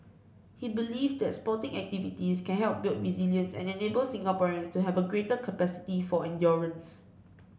he believed that sporting activities can help build resilience and enable Singaporeans to have a greater capacity for endurance